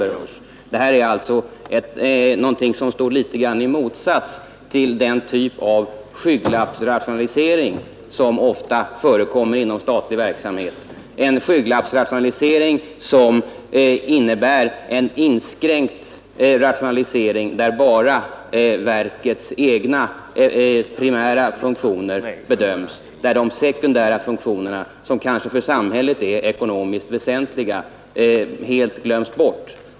Detta står alltså i någon mån i motsats till den typ av ”skygglappsrationalisering” som ofta förekommer inom statlig verksamhet, en skygglappsrationalisering som innebär en inskränkt rationalisering, där bara verkets egna primära funktioner bedöms men där sekundära funktioner, som kanske för samhället som helhet är väsentligare, helt glöms bort.